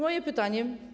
Moje pytanie.